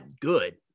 good